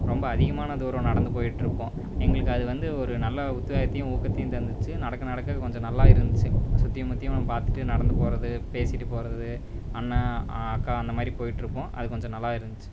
ரொம்ப அதிகமான தூரம் நடந்து போயிவிட்டு இருப்போம் எங்களுக்கு அது வந்து ஒரு நல்ல உத்யகத்தையும் ஊக்கத்தையும் தந்துச்சு நடக்க நடக்க கொஞ்சம் நல்லா இருந்துச்சு சுற்றியும் முத்தியும் பார்த்துட்டு நடந்து போகறது பேசிவிட்டு போகறது அண்ணா அக்கா அந்த மாரி போயிகிட்டு இருப்போம் அது கொஞ்சம் நல்ல இருந்துச்சு